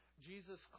Jesus